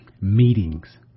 meetings